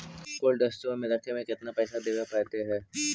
Cold store में रखे में केतना पैसा देवे पड़तै है?